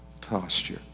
posture